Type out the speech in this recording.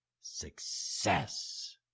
success